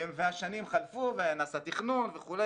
והשנים חלפו ונעשה תכנון וכו',